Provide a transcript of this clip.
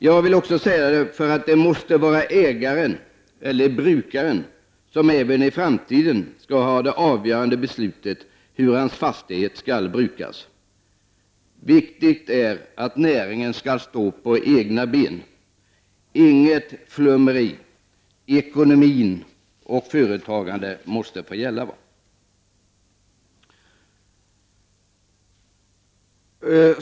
Jag säger det också för att det måste vara ägaren eller brukaren som även i framtiden skall ha det avgörande beslutet när det gäller hur hans fastighet skall brukas. Viktigt är att näringen skall stå på egna ben. Det skall inte vara något flummeri, ekonomi och företagande måste få gälla.